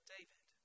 David